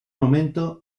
momento